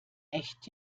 echt